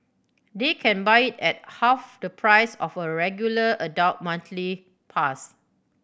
they can buy it at half the price of the regular adult monthly pass